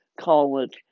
college